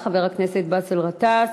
חבר הכנסת באסל גטאס,